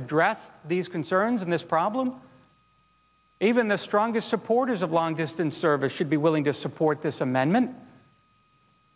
address these concerns in this problem even the strongest supporters of long distance service should be willing to support this amendment